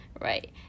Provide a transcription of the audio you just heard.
right